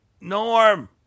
Norm